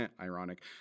ironic